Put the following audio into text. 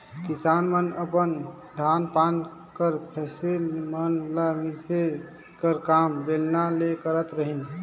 किसान मन अपन धान पान कर फसिल मन ल मिसे कर काम बेलना ले करत रहिन